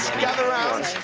gather around,